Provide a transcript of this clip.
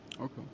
Okay